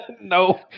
No